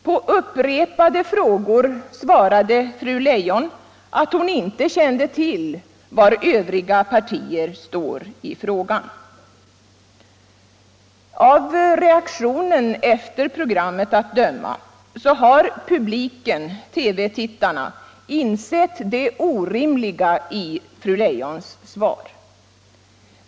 På upprepade frågor svarade fru Leijon att hon inte kände till var Övriga partier står i frågan. Av reaktionen efter programmet att döma har TV-publiken insett det orimliga i fru Leijons svar.